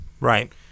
right